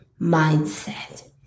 mindset